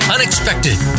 Unexpected